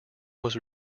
was